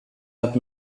let